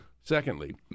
Secondly